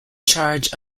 charge